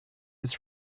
his